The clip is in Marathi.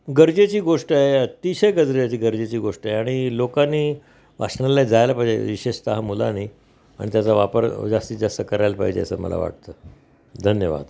गरजेची गोष्ट आहे अतिशय गजरेची गरजेची गोष्ट आहे आणि लोकांनी वाचनालयात जायला पाहिजे विशेषतः मुलांनी आणि त्याचा वापर जास्तीत जास्त करायला पाहिजे असं मला वाटतं धन्यवाद